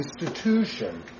institution